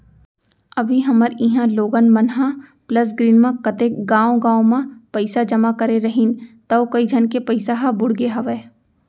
अभी हमर इहॉं लोगन मन ह प्लस ग्रीन म कतेक गॉंव गॉंव म पइसा जमा करे रहिन तौ कइ झन के पइसा ह बुड़गे हवय